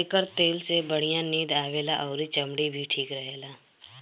एकर तेल से बढ़िया नींद आवेला अउरी चमड़ी भी ठीक रहेला